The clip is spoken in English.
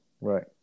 right